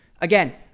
again